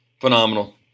phenomenal